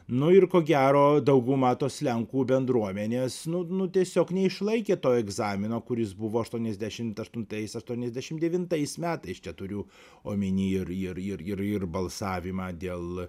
nu ir ko gero daugumą tos lenkų bendruomenės nu nu tiesiog neišlaikė to egzamino kuris buvo aštuoniasdešimt aštuntais aštuoniasdešimt devintais metais čia turiu omeny ir ir ir ir balsavimą dėl